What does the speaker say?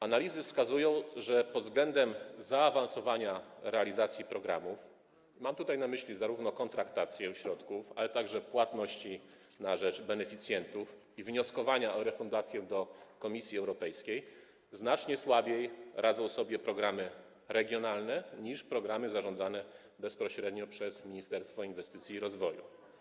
Analizy wskazują, że pod względem zaawansowania realizacji programów - mam tutaj na myśli zarówno kontraktację środków, jak i płatności na rzecz beneficjentów i sprawy wnioskowania o refundację do Komisji Europejskiej - znacznie słabiej radzimy sobie w ramach programów regionalnych niż w ramach programów zarządzanych bezpośrednio przez Ministerstwo Inwestycji i Rozwoju.